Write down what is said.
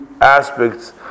aspects